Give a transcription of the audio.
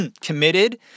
committed